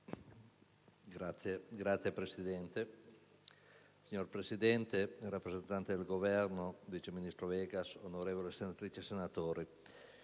finestra") *(PdL)*. Signor Presidente, rappresentante del Governo, vice ministro Vegas, onorevoli senatrici e senatori,